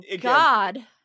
God